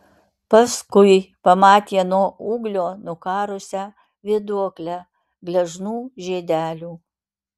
paskui pamatė nuo ūglio nukarusią vėduoklę gležnų žiedelių